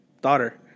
daughter